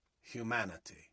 humanity